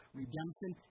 redemption